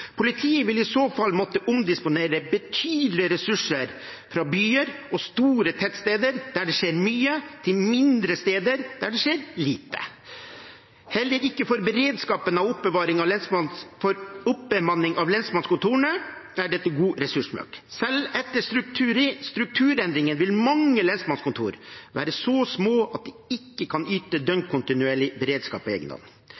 Politiet vil i så fall måtte omdisponere betydelige ressurser fra byer og store tettsteder der det skjer mye, til mindre steder der det skjer lite. Heller ikke for beredskapen er oppbemanning av lensmannskontorene god ressursbruk. Selv etter strukturendringene vil mange lensmannskontorer være så små at de ikke kan yte